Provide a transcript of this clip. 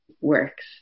works